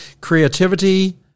creativity